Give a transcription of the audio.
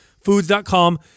foods.com